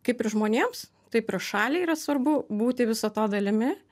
kaip ir žmonėms taip ir šaliai yra svarbu būti viso to dalimi